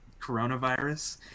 coronavirus